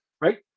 right